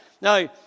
now